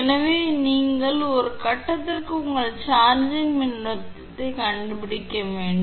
எனவே நீங்கள் ஒரு கட்டத்திற்கு உங்கள் சார்ஜிங் மின்னோட்டத்தைக் கண்டுபிடிக்க வேண்டும்